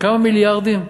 כמה מיליארדים?